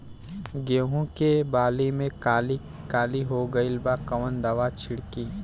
गेहूं के बाली में काली काली हो गइल बा कवन दावा छिड़कि?